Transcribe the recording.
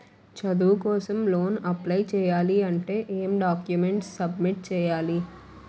చదువు కోసం loan apply చేయాలి అంటే ఎం డాక్యుమెంట్స్ సబ్మిట్ చేయాలి?